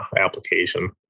application